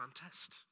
contest